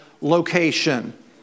location